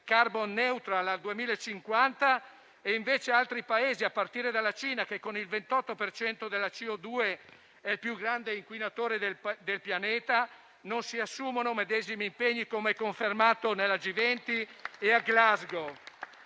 *carbon neutral* al 2050, e invece altri Paesi, a partire dalla Cina, che, con il 28 per cento della CO2, è il più grande inquinatore del Pianeta, non si assumano i medesimi impegni, come confermato nel G20 e a Glasgow.